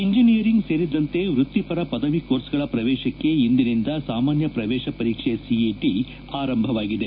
engineering ಸೇರಿದಂತೆ ವೃತ್ತಿಪರ ಪದವಿ ಕೋರ್ಸ್ಗಳ ಪ್ರವೇಶಕ್ಕೆ ಇಂದಿನಿಂದ ಸಾಮಾನ್ಯ ಪ್ರವೇಶ ಸಿಇಟಿ ಪರೀಕ್ಷೆ ಆರಂಭವಾಗಿದೆ